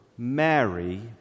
Mary